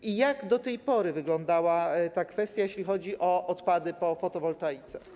I jak do tej pory wyglądała ta kwestia, jeśli chodzi o odpady po fotowoltaice?